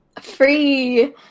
free